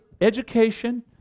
education